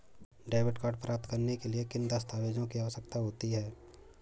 Debit card प्राप्त करने के लिए किन दस्तावेज़ों की आवश्यकता होती है?